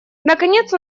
наконец